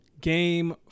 Game